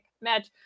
match